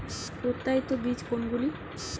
প্রত্যায়িত বীজ কোনগুলি?